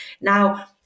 Now